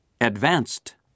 advanced